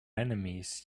enemies